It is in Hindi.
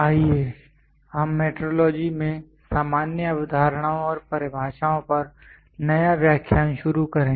आइए हम मेट्रोलॉजी में सामान्य अवधारणाओं और परिभाषाओं पर नया व्याख्यान शुरू करें